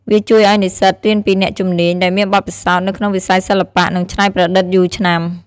វាជួយឲ្យនិស្សិតរៀនពីអ្នកជំនាញ ដែលមានបទពិសោធន៍នៅក្នុងវិស័យសិល្បៈនិងច្នៃប្រឌិតយូរឆ្នាំ។